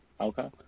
Okay